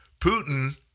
Putin